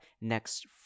next